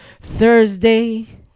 Thursday